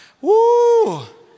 Woo